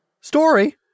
Story